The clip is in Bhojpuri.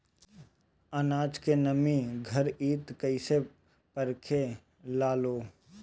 आनाज के नमी घरयीत कैसे परखे लालो?